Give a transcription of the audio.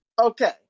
Okay